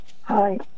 Hi